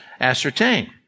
ascertain